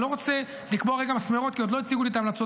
אני לא רוצה לקבוע מסמרות כי עוד לא הציגו לי את ההמלצות,